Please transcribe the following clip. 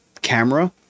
camera